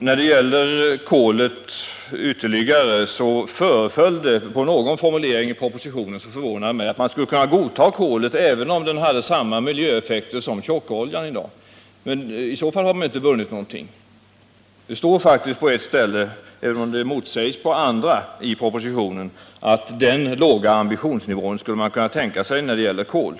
Ytterligare beträffande kolet förvånade mig några formuleringar i propo sitionen. Av dem föreföll det som om man skulle kunna godta kolet även om det hade samma miljöeffekter som tjockoljan har i dag. Men i så fall har man ju inte vunnit någonting. Det står faktiskt på ett ställe i propositionen — även om det motsägs på andra — att man skulle kunna tänka sig denna låga ambitionsnivå när det gäller kolet.